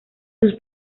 sus